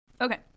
Okay